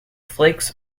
flakes